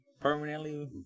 Permanently